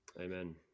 Amen